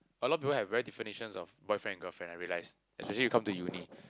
a lot of people have very definitions of boyfriend and girlfriend I realise especially you come to uni